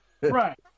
Right